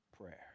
Prayer